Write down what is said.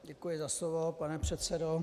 Děkuji za slovo, pane předsedo.